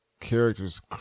Characters